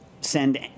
send